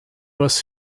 was